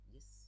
Yes